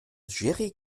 jerry